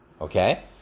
okay